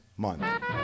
month